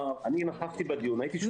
האם זה סוד אטומי מה ההבנות שהיו.